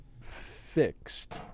fixed